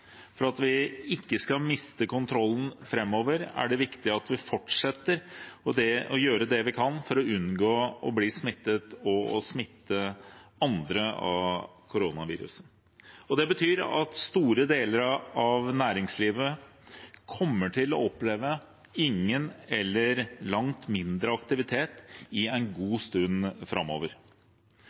For at vi ikke skal miste kontrollen framover, er det viktig at vi fortsetter å gjøre det vi kan for å unngå å bli smittet og å smitte andre med koronaviruset. Det betyr at store deler av næringslivet kommer til å oppleve ingen eller langt mindre aktivitet i en god stund framover.